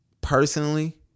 personally